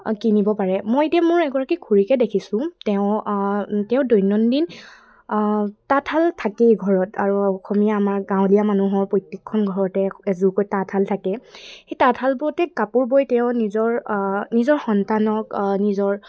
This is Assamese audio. কিনিব পাৰে মই এতিয়া মোৰ এগৰাকী খুৰীকে দেখিছোঁ তেওঁ তেওঁ দৈনন্দিন তাঁতশাল থাকেই ঘৰত আৰু অসমীয়া আমাৰ গাঁৱলীয়া মানুহৰ প্ৰত্যেকখন ঘৰতে এযোৰকৈ তাঁতশাল থাকে সেই তাঁতশালবোৰতে কাপোৰ বৈ তেওঁ নিজৰ নিজৰ সন্তানক নিজৰ